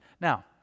now